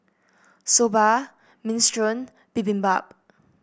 Soba Minestrone Bibimbap